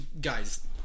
guys